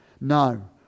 no